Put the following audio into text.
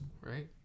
right